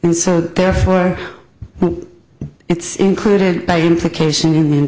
and so therefore it's included by implication